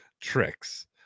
tricks